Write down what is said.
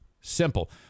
simple